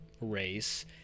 race